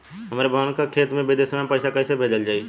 हमरे बहन के खाता मे विदेशवा मे पैसा कई से भेजल जाई?